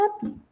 happy